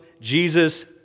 Jesus